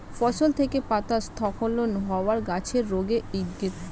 ফসল থেকে পাতা স্খলন হওয়া গাছের রোগের ইংগিত